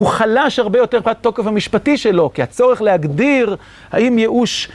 הוא חלש הרבה יותר מהתוקף המשפטי שלו, כי הצורך להגדיר האם ייאוש...